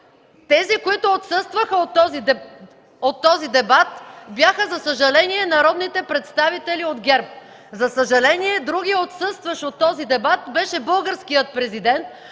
Тези, които отсъстваха от този дебат, за съжаление, бяха народните представители от ГЕРБ. За съжаление, другият, отсъстващ от този дебат, беше българският президент,